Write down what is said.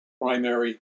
primary